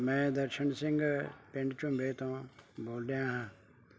ਮੈਂ ਦਰਸ਼ਨ ਸਿੰਘ ਪਿੰਡ ਝੁੰਬੇ ਤੋਂ ਬੋਲ ਰਿਹਾਂ ਹਾਂ